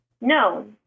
no